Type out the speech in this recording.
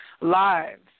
lives